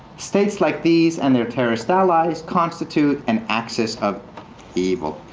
states like these, and their terrorists allies constitute an axis of evil.